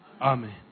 Amen